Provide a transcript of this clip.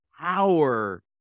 power